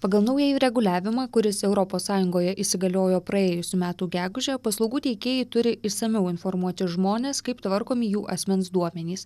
pagal naująjį reguliavimą kuris europos sąjungoje įsigaliojo praėjusių metų gegužę paslaugų teikėjai turi išsamiau informuoti žmones kaip tvarkomi jų asmens duomenys